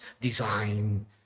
design